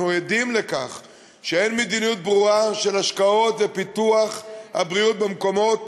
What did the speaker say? אנחנו עדים לכך שאין מדיניות ברורה של השקעות ופיתוח הבריאות במקומות,